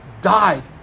died